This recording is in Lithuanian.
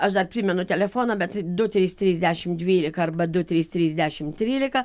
aš dar primenu telefoną bet du trys trys dešim dvylika arba du trys trys dešim trylika